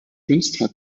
künstler